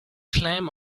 claim